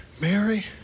Mary